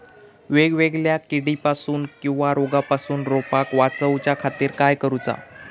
वेगवेगल्या किडीपासून किवा रोगापासून रोपाक वाचउच्या खातीर काय करूचा?